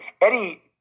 Eddie